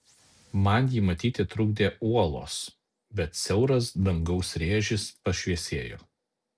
man jį matyti trukdė uolos bet siauras dangaus rėžis pašviesėjo